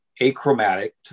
achromatic